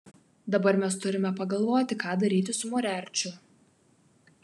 dabar mes turime pagalvoti ką daryti su moriarčiu